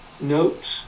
notes